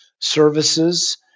services